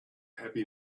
happy